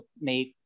made